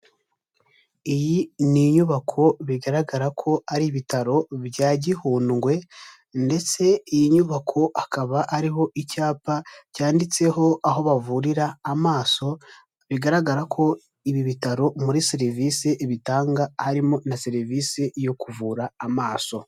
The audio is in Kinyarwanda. Iyi ni inyubako bigaragara ko ari ibitaro bya Gihundwe ndetse iyi nyubako akaba ariho icyapa cyanditseho, aho bavurira amaso, bigaragara ko ibi bitaro, muri serivisi bitanga, harimo na serivisi, yo kuvura amaso.